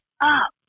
up